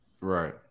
Right